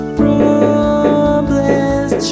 problems